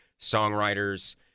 Songwriters